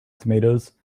tomatoes